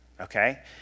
Okay